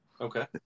Okay